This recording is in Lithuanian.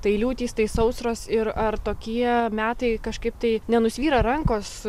tai liūtys tai sausros ir ar tokie metai kažkaip tai nenusvyra rankos